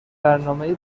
برنامهای